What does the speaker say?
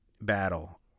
battle